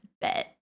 Bet